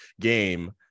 game